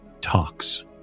talks